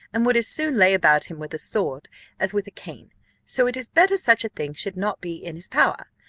and would as soon lay about him with a sword as with a cane so it is better such a thing should not be in his power.